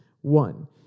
One